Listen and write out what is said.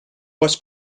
was